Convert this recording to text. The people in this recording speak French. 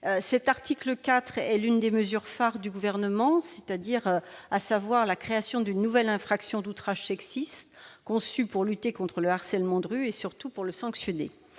Cet article est l'une des mesures phares du gouvernement, à savoir la création d'une nouvelle infraction d'outrage sexiste, conçue pour lutter contre le harcèlement de rue et surtout pour le sanctionner.